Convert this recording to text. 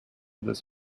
this